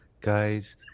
guys